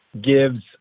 gives